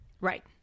Right